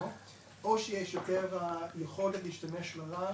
או שיש יותר יכולת להשתמש בפנטה.